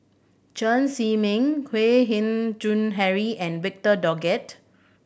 Chen Zhiming Kwek Hian Chuan Henry and Victor Doggett